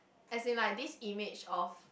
as in like this image of